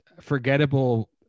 forgettable